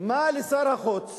מה לשר החוץ